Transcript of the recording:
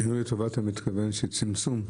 אתה מתכוון לצמצום?